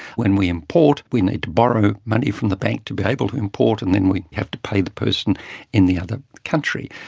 when we import we need to borrow money from the bank to be able to import and then we have to pay the person in the other country.